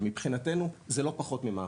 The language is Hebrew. שמבחינתנו זה לא פחות ממהפכה.